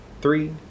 three